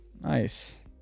Nice